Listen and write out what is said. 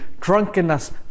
drunkenness